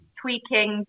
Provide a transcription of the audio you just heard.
tweaking